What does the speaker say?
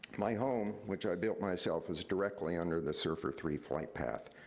my home, which i built myself, is directly under the serfr three flight path.